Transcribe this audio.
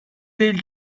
değil